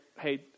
hey